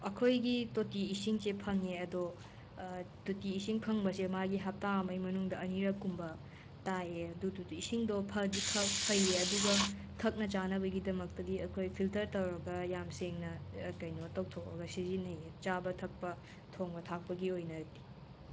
ꯑꯩꯈꯣꯏꯒꯤ ꯇꯣꯇꯤ ꯏꯁꯤꯡꯁꯦ ꯐꯪꯉꯦ ꯑꯗꯣ ꯇꯣꯇꯤ ꯏꯁꯤꯡ ꯐꯪꯕꯁꯦ ꯃꯥꯒꯤ ꯍꯞꯇꯥ ꯑꯃꯒꯤ ꯃꯥꯅꯨꯡꯗ ꯑꯅꯤꯔꯛꯀꯨꯝꯕ ꯇꯥꯏꯌꯦ ꯑꯗꯨꯗꯨꯗꯤ ꯏꯁꯤꯡꯗꯣ ꯐꯗꯤ ꯐ ꯐꯩꯌꯦ ꯑꯗꯨꯒ ꯊꯛꯅ ꯆꯥꯅꯕꯒꯤꯗꯃꯛꯇꯗꯤ ꯑꯩꯈꯣꯏ ꯐꯤꯜꯇꯔ ꯇꯧꯔꯒ ꯌꯥꯝ ꯁꯦꯡꯅ ꯀꯩꯅꯣ ꯇꯧꯊꯣꯛꯑꯒ ꯁꯤꯖꯤꯟꯅꯩꯌꯦ ꯆꯥꯕ ꯊꯛꯄ ꯊꯣꯡꯕ ꯊꯥꯛꯄꯒꯤ ꯑꯣꯏꯅꯗꯤ